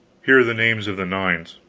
here are the names of the nines